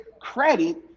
credit